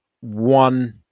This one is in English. one